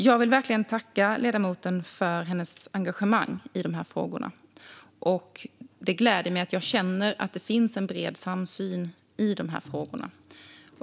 Jag vill tacka ledamoten för hennes engagemang i frågorna. Det gläder mig att jag känner att det finns en bred samsyn i detta.